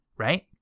Right